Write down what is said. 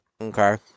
Okay